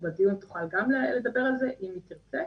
בדיון תוכל גם לדבר על זה אם היא תרצה.